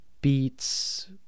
beats